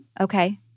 Okay